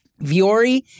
Viore